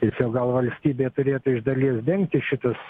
ir čia gal valstybė turėtų iš dalies dengti šitas